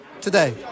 today